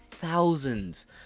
thousands